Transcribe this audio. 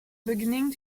beginning